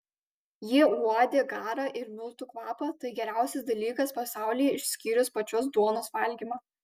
jie uodė garą ir miltų kvapą tai geriausias dalykas pasaulyje išskyrus pačios duonos valgymą